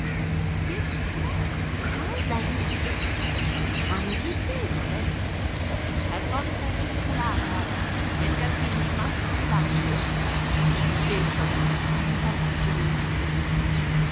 che c'è cosa dice anche il peso adesso la solita rinculata per carpirmi un altro ribasso e la baronessa partì come una furia